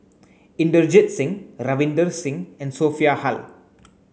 Inderjit Singh Ravinder Singh and Sophia Hull